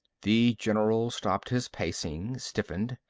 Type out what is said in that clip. the general stopped his pacing, stiffened.